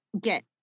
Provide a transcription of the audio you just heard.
get